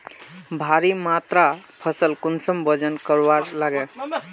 भारी मात्रा फसल कुंसम वजन करवार लगे?